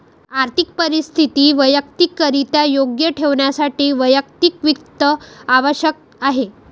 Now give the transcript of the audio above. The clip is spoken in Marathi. आर्थिक परिस्थिती वैयक्तिकरित्या योग्य ठेवण्यासाठी वैयक्तिक वित्त आवश्यक आहे